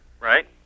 Right